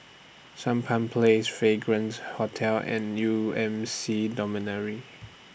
Sampan Place Fragrance Hotel and U M C Dormitory